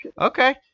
Okay